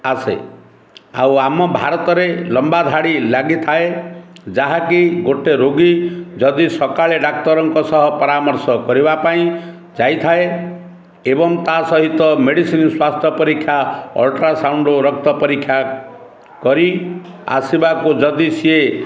ଆସେ ଆଉ ଆମ ଭାରତରେ ଲମ୍ବା ଧାଡ଼ି ଲାଗିଥାଏ ଯାହାକି ଗୋଟେ ରୋଗୀ ଯଦି ସକାଳେ ଡାକ୍ତରଙ୍କ ସହ ପରାମର୍ଶ କରିବା ପାଇଁ ଯାଇଥାଏ ଏବଂ ତା ସହିତ ମେଡ଼ିସିନ୍ ସ୍ୱାସ୍ଥ୍ୟ ପରୀକ୍ଷା ଅଲ୍ଟ୍ରାସାଉଣ୍ଡ ରକ୍ତ ପରୀକ୍ଷା କରି ଆସିବାକୁ ଯଦି ସିଏ